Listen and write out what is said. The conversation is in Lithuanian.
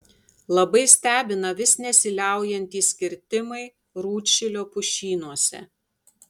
labai stebina vis nesiliaujantys kirtimai rūdšilio pušynuose